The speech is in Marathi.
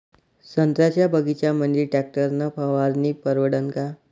संत्र्याच्या बगीच्यामंदी टॅक्टर न फवारनी परवडन का?